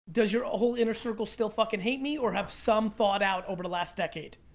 does your whole inner circle still fuckin' hate me, or have some thawed out over the last decade?